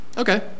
okay